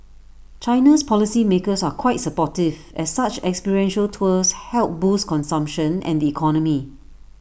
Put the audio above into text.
China's policy makers are quite supportive as such experiential tours help boost consumption and economy